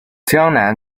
江南